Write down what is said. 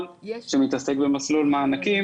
מעסיקים,